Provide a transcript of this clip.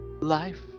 life